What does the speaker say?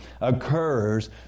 occurs